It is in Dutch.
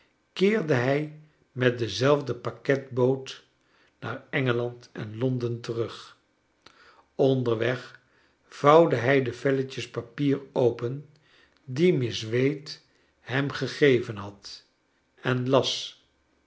keerde hij met dezelfde pakketboot naar engelanden londen terug onderweg vouwde hij de velletjes papier open die miss wade hem gegeven had en las